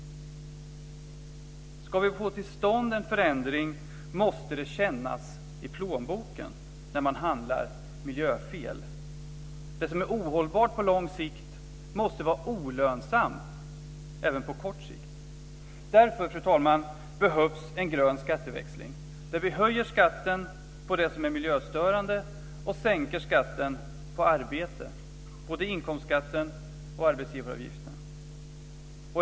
Ska vi få till stånd en förändring måste det kännas i plånboken när man handlar "miljöfel". Det som är ohållbart på lång sikt måste vara olönsamt även på kort sikt. Därför, fru talman, behövs en grön skatteväxling där vi höjer skatten på det som är miljöstörande och sänker skatten på arbete, både inkomstskatten och arbetsgivaravgiften.